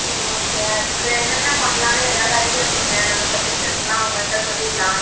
ம் ஓகே அதுக்கு என்னென்ன பண்ணலான்னு ஏதாவது ஐடியா கொடுங்க நம்ம சஜ்ஜஷன்ஸ்ஸெலாம் அவங்கள்ட்ட சொல்லிடலாம்